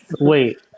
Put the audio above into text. Wait